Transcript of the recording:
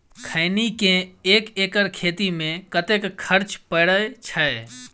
खैनी केँ एक एकड़ खेती मे कतेक खर्च परै छैय?